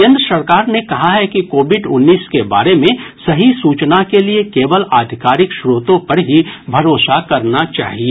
केन्द्र सरकार ने कहा है कि कोविड उन्नीस के बारे में सही सूचना के लिए केवल आधिकारिक स्रोतों पर ही भरोसा करना चाहिए